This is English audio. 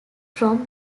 from